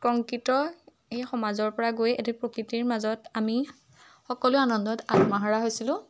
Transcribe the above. কংকৃত সমাজৰ পৰা গৈ এটি প্ৰকৃতিৰ মাজত আমি সকলোৱে আনন্দত আত্মহাৰা হৈছিলোঁ